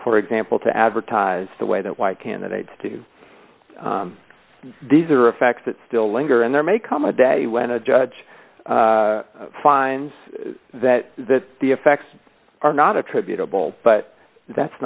for example to advertise the way that white candidates do these are effects that still linger and there may come a day when a judge finds that that the effects are not attributable but that's